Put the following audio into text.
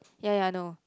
ya ya I know